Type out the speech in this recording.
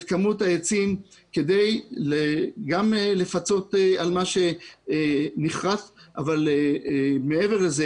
כמות העצים גם כדי לפצות על מה שנכרת אבל מעבר לזה,